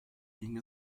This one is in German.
ging